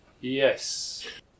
Yes